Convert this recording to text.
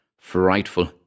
frightful